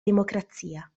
democrazia